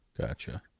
gotcha